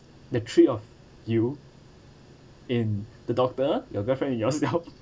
the three of you in the doctor your girlfriend yourself